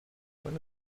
when